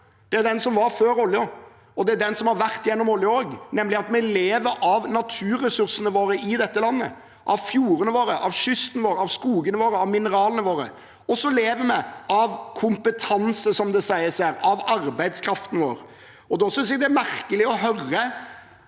Det er den som var før oljen, og det er den som har vært gjennom oljen også, nemlig at vi lever av naturressursene våre i dette landet – av fjordene våre, av kysten vår, av skogene våre, av mineralene våre. Og så lever vi av kompetanse, som det sies her – av arbeidskraften vår. Da synes jeg det er merkelig å høre